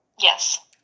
yes